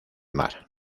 mar